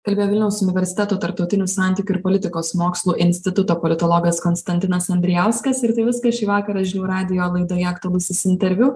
kalbėjo vilniaus universiteto tarptautinių santykių ir politikos mokslų instituto politologas konstantinas andrijauskas ir tai viskas šį vakarą žinių radijo laidoje aktualusis interviu